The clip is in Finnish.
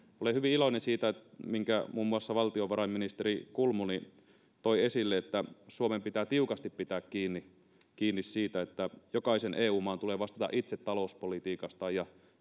olen hyvin iloinen siitä huomiosta minkä muun muassa valtiovarainministeri kulmuni toi esille että suomen pitää tiukasti pitää kiinni kiinni siitä että jokaisen eu maan tulee vastata itse talouspolitiikastaan